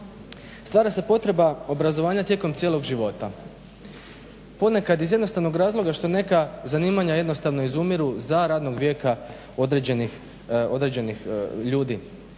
Stvara se potreba obrazovanja tijekom cijelog života. Ponekad iz jednostavnog razloga što neka zanima jednostavno izumiru za radnog vijeka određenih ljudi.